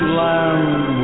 land